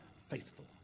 faithful